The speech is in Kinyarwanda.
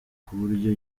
kuburyo